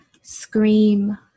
scream